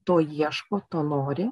to ieško to nori